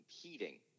competing